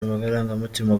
amarangamutima